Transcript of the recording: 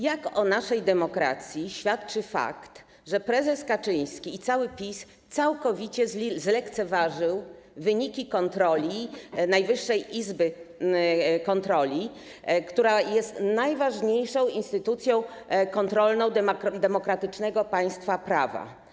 Jak o naszej demokracji świadczy fakt, że prezes Kaczyński i cały PiS całkowicie zlekceważyli wyniki kontroli Najwyższej Izby Kontroli, która jest najważniejszą instytucją kontrolną demokratycznego państwa prawa?